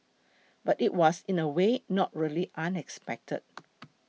but it was in a way not really unexpected